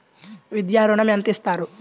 విద్యా ఋణం ఎంత ఇస్తారు?